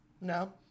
No